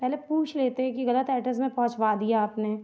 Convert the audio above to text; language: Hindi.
पहले पूछ लेते कि ग़लत एड्रेस में पहुँचवा दिया आपने